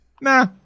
Nah